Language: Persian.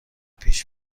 پیش